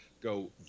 go